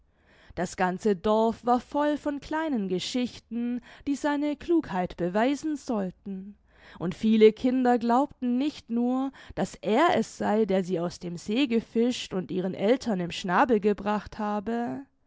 das ganze dorf war voll von kleinen geschichten die seine klugheit beweisen sollten und viele kinder glaubten nicht nur daß er es sei der sie aus dem see gefischt und ihren eltern im schnabel gebracht habe